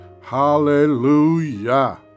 Hallelujah